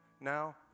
Now